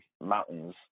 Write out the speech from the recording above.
mountains